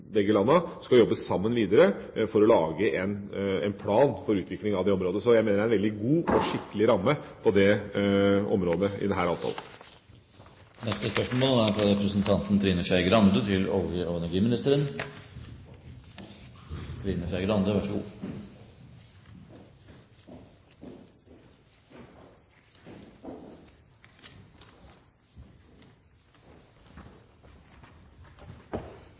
begge landene skal jobbe videre sammen for å lage en plan for utvikling av området. Jeg mener det er en veldig god, skikkelig ramme på det området i denne avtalen. «Ifølge en artikkel i Bergens Tidende 27. april fremgår det